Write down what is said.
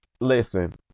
listen